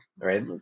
right